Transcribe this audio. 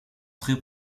très